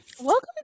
Welcome